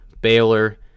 Baylor